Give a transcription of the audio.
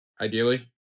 ideally